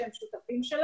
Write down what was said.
שהם שותפים שלנו,